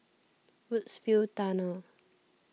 Woodsville Tunnel